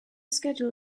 schedule